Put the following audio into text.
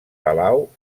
palau